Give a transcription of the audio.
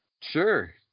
Sure